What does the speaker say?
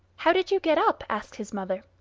how did you get up? asked his mother.